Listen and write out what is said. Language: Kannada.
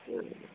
ಹ್ಞೂ